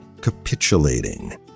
capitulating